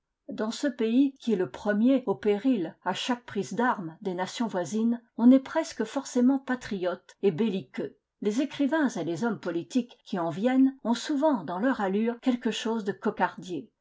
dans ce pays qui est le premier au péril à chaque prise d'armes des nations voisines on est presque forcément patriote et belliqueux les écrivains et les hommes politiques qui en viennent ont souvent dans leur allure quelque chose de cocardier